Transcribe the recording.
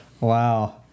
Wow